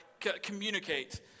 communicate